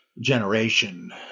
generation